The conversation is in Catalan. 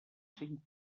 cinc